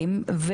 מייצרים משהו.